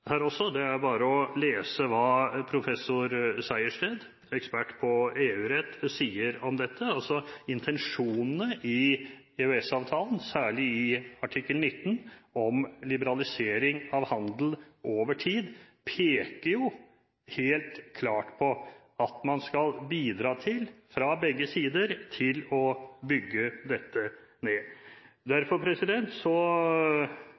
her også. Det er bare å lese hva professor Sejersted, ekspert på EU-rett, sier om dette. Altså: Intensjonene i EØS-avtalen – særlig i artikkel 19 – om liberalisering av handel over tid, peker helt klart på at man fra begge sider skal bidra til å bygge dette ned.